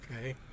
Okay